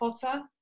Potter